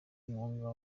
umwuga